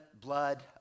blood